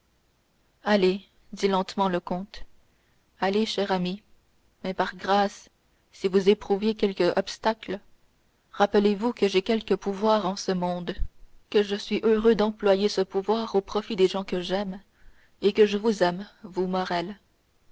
allez dit lentement le comte allez cher ami mais par grâce si vous éprouviez quelque obstacle rappelez-vous que j'ai quelque pouvoir en ce monde que je suis heureux d'employer ce pouvoir au profit des gens que j'aime et que je vous aime vous